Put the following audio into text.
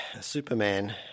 Superman